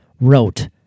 wrote